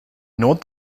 note